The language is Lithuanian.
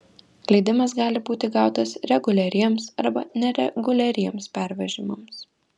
leidimas gali būti gautas reguliariems arba nereguliariems pervežimams